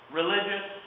religious